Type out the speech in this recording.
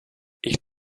ich